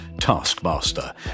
Taskmaster